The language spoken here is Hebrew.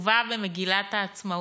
שכתובה במגילת העצמאות.